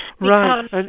Right